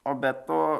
o be to